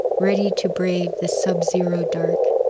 ready to brave the sub-zero dark,